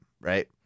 right